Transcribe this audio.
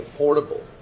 affordable